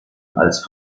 als